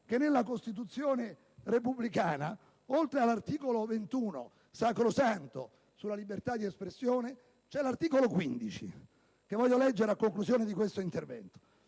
che, nella Costituzione repubblicana, oltre all'articolo 21 - sacrosanto - sulla libertà di espressione, c'è anche l'articolo 15, il cui testo voglio leggere a conclusione del mio intervento: